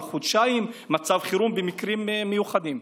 על חודשיים מצב חירום במקרים מיוחדים.